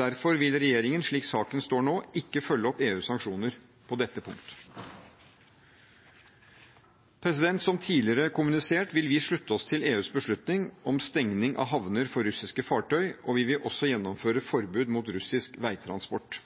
Derfor vil regjeringen, slik saken står nå, ikke følge opp EUs sanksjoner på dette punkt. Som tidligere kommunisert, vil vi slutte oss til EUs beslutning om stenging av havner for russiske fartøy. Vi vil også gjennomføre forbudet mot russisk veitransport.